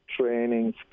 training